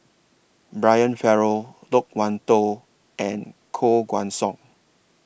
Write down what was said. Brian Farrell Loke Wan Tho and Koh Guan Song